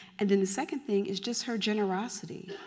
and then the second thing is just her generosity.